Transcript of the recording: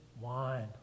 wine